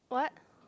what